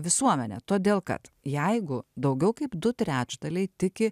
visuomenę todėl kad jeigu daugiau kaip du trečdaliai tiki